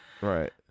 Right